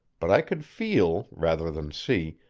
but i could feel, rather than see,